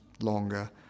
longer